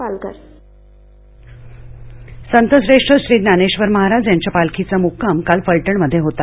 पालखी सातारा संतश्रेष्ठ श्री ज्ञानेश्वर महाराज यांच्या पालखीचा मुक्काम काल फलटण मध्ये होता